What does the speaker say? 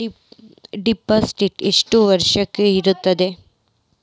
Deposit ಎಷ್ಟು ವರ್ಷ ಇರುತ್ತದೆ?